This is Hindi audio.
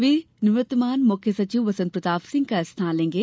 वे निवृत्तमान मुख्य सचिव बसंत प्रताप सिंह का स्थान लेंगे